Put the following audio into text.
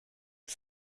les